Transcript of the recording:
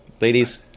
ladies